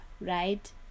right